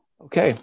okay